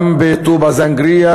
גם בטובא-זנגרייה